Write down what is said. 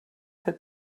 had